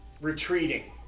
retreating